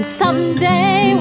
someday